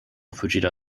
fujita